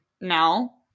now